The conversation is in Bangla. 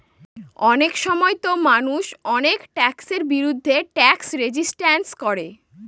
অনেক সময়তো মানুষ অনেক ট্যাক্সের বিরুদ্ধে ট্যাক্স রেজিস্ট্যান্স করে